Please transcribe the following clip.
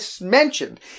mentioned